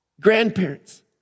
Grandparents